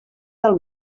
del